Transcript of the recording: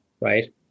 right